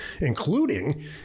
including